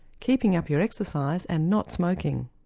keeping up your exercise and not smoking.